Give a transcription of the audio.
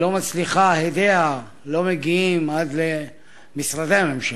לא מצליחה, הדיה לא מגיעים עד משרדי הממשלה.